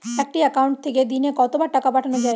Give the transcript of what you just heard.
একটি একাউন্ট থেকে দিনে কতবার টাকা পাঠানো য়ায়?